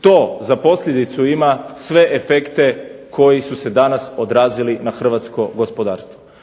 to za posljedicu ima sve efekte koji su se danas odrazili na Hrvatsko gospodarstvo.